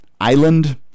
Island